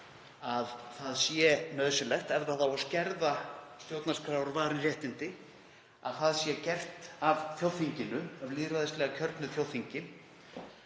að það sé nauðsynlegt, ef skerða á stjórnarskrárvarin réttindi, að það sé gert af þjóðþinginu, af lýðræðislega kjörnu þjóðþingi,